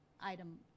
item